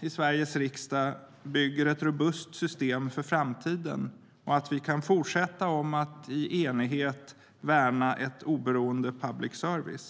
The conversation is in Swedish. i Sveriges riksdag tillsammans bygger ett robust system för framtiden och att vi kan fortsätta att i enighet värna en oberoende public service.